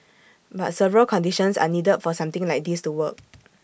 but several conditions are needed for something like this to work